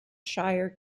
shire